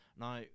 Now